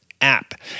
app